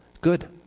good